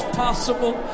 possible